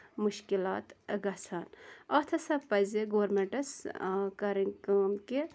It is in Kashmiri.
مُشکِلات گژھان اَتھ ہسا پَزِ گورمیٚنٛٹَس کَرٕنۍ کٲم کہِ